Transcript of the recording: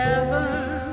Heaven